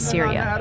Syria